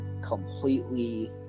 completely